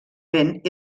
vent